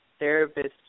therapists